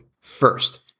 First